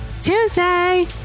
Tuesday